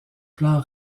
plan